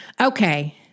Okay